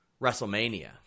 WrestleMania